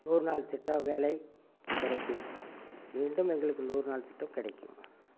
நூறு நாள் திட்ட வேலை கிடைக்கும் மீண்டும் எங்களுக்கு நூறு நாள் திட்டம் கிடைக்கும்